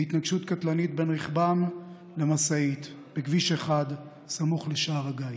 בהתנגשות קטלנית בין רכבם לבין משאית בכביש 1 סמוך לשער הגיא,